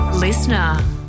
Listener